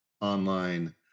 online